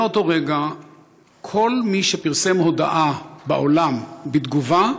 מאותו רגע כל מי שפרסם הודעה בעולם בתגובה,